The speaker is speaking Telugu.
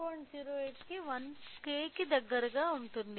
08 K 1K కి దగ్గర గా ఉంటుంది